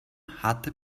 hatte